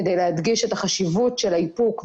כדי להדגיש את החשיבות של האיפוק,